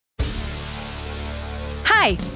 Hi